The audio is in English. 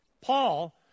Paul